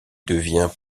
devient